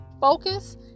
focus